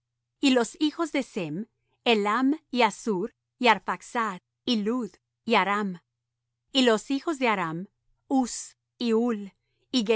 y los hijos de sem elam y assur y arphaxad y lud y aram y los hijos de aram uz y